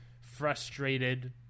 frustrated